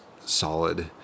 solid